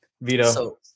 Vito